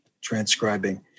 transcribing